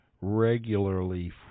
regularly